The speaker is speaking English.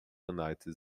united